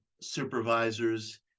supervisors